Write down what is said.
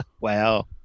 Wow